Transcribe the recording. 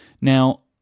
now